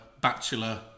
bachelor